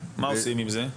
יפה, מה עושים עם זה?